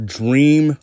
dream